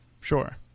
Sure